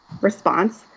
response